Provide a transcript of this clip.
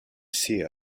see